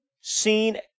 seen